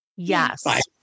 Yes